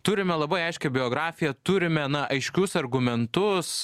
turime labai aiškią biografiją turime na aiškius argumentus